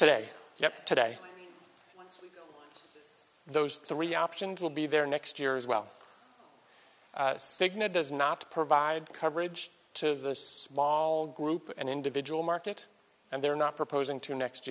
today yep today those three options will be there next year as well cigna does not provide coverage to small group and individual market and they're not proposing to next